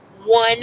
one